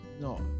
no